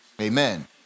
Amen